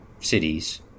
cities